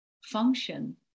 function